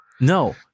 No